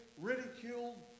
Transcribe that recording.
Ridiculed